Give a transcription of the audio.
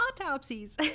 autopsies